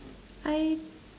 I